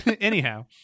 Anyhow